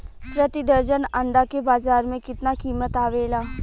प्रति दर्जन अंडा के बाजार मे कितना कीमत आवेला?